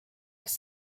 was